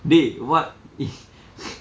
dey what eh